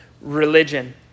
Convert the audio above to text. religion